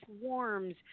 warms